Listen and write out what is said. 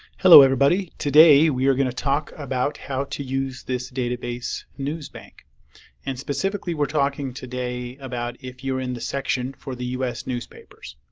hello everybody today we're going to talk about how to use this database newsbank and specifically we're talking today about if you're in the section for the us newspapers.